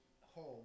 home